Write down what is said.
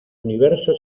universo